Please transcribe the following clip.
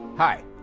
Hi